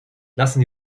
lassen